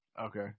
Okay